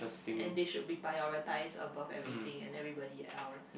and they should be prioritised above everything and everybody else